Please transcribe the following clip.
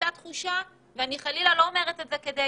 הייתה תחושה, ואני חלילה לא אומרת את זה כדי